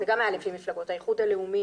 זה גם היה לפי מפלגות, האיחוד הלאומי.